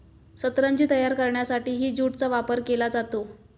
सतरंजी तयार करण्यासाठीही ज्यूटचा वापर केला जातो